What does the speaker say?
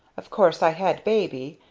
of course i had baby,